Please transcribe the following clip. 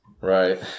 Right